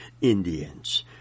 Indians